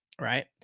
Right